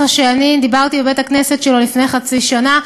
שאני דיברתי בבית-הכנסת שלו לפני חצי שנה,